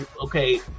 okay